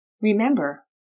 Remember